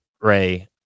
ray